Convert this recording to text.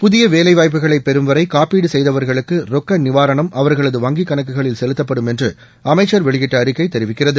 புதிய வேலைவாய்ப்புகளை பெறும்வரை காப்பீடு செய்தவர்களுக்கு ரொக்க நிவாரணம் அவர்களது வங்கி கணக்குகளில் செலுத்தப்படும் என்று அமைச்சர் வெளியிட்ட அறிக்கை தெரிவிக்கிறது